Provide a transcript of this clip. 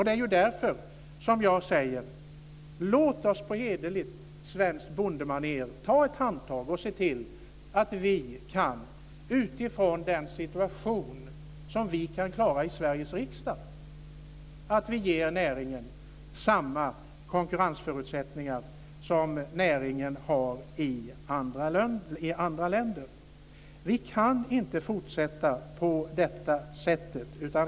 Det är därför som jag säger så här: Låt oss på hederligt svenskt bondemanér ta ett handtag och se till att vi, utifrån den situation som vi kan klara i Sveriges riksdag, ger näringen samma konkurrensförutsättningar som näringen har i andra länder. Vi kan inte fortsätta på detta sätt.